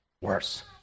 worse